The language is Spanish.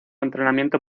entrenamiento